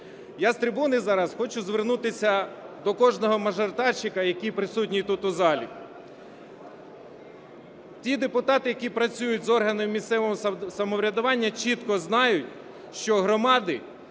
Я з трибуни зараз хочу звернутися до кожного мажоритарника, який присутній тут у залі. Ті депутати, які працюють з органами місцевого самоврядування, чітко знають, що громади